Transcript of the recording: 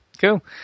cool